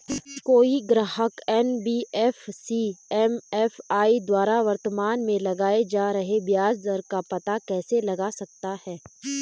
कोई ग्राहक NBFC MFI द्वारा वर्तमान में लगाए जा रहे ब्याज दर का पता कैसे लगा सकता है?